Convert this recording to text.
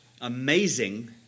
amazing